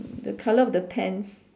the colour of the pants